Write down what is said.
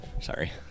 Sorry